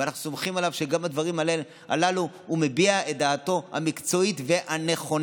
ואנחנו סומכים עליו שגם בדברים הללו הוא מביע את דעתו המקצועית והנכונה,